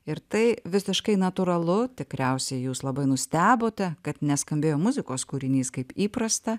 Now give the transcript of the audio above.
ir tai visiškai natūralu tikriausiai jūs labai nustebote kad neskambėjo muzikos kūrinys kaip įprasta